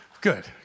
good